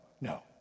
no